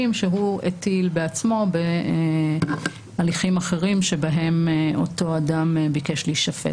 שהוא הטיל בעצמו בהליכים אחרים שבהם אותו אדם ביקש להישפט.